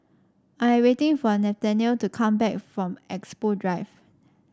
I am waiting for Nathanael to come back from Expo Drive